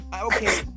okay